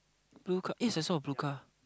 blue car yes I saw a blue car